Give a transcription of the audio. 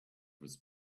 with